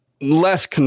less